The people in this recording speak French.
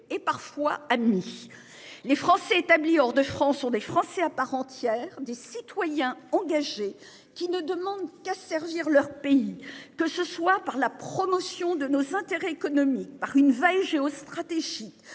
et parfois admis les Français établis hors de France sur des Français à part entière des citoyens engagés qui ne demandent qu'à servir leur pays que ce soit par la promotion de nos intérêts économiques par une vague géostratégique.